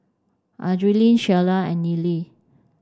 Adriene Shiela and Nealy